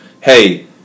hey